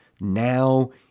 now